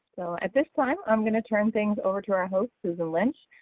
at this time i'm going to turn things over to our host, susan lynch,